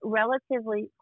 relatively